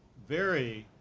very